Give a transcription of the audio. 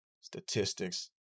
statistics